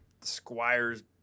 Squires